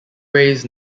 reyes